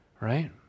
right